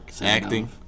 acting